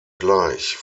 gleich